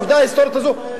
העובדה ההיסטורית הזו,